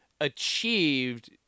achieved